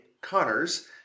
Connors